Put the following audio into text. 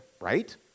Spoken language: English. right